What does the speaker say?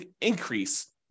increase